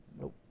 nope